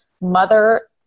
mother